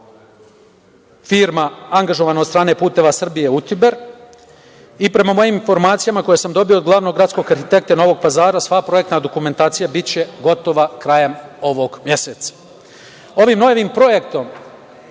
firma angažovana od strane „Puteva Srbije“ , „Utiber“ i prema mojim informacijama koje sam dobio od glavnog gradskog arhitekte Novog Pazara, sva projektna dokumentacija biće gotova krajem ovog meseca. Ovim novim projektom